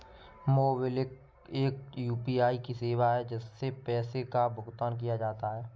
MobiKwik एक UPI की सेवा है, जिससे पैसे का भुगतान किया जाता है